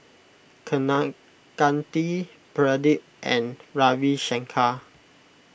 Kaneganti Pradip and Ravi Shankar